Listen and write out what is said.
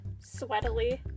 sweatily